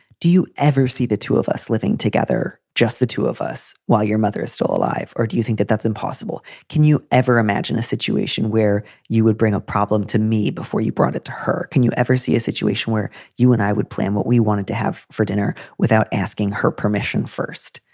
do you ever see the two of us living together, just the two of us while your mother is still alive? or do you think that that's impossible? can you ever imagine a situation where you would bring a problem to me before you brought it to her? can you ever see a situation where you and i would plan what we wanted to have for dinner without asking her permission first?